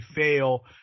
fail